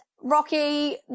Rocky